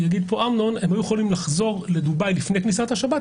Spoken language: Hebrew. יגיד כאן אמנון שהם היו יכולים לחזור לדובאי לפני כניסת השבת.